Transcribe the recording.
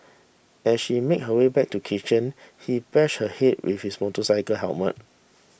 as she made her way back to the kitchen he bashed her head with his motorcycle helmet